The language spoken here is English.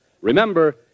Remember